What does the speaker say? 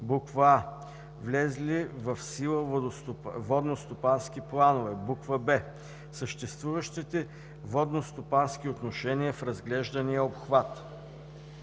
със: а) влезли в сила водностопански планове; б) съществуващите водностопански отношения в разглеждания обхват;